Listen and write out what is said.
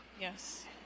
Yes